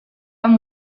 amb